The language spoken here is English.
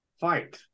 fight